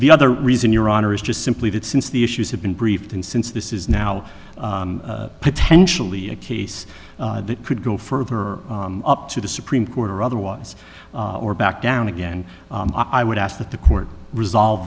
the other reason your honor is just simply that since the issues have been briefed and since this is now potentially a case that could go further or up to the supreme court or otherwise or back down again i would ask that the court resolve